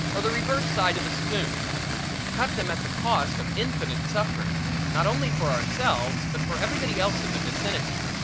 or the reverse side of a spoon cut them at the cost of infinite suffering, not only for ourselves but for everybody else in the vicinity.